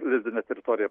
lizdinę teritoriją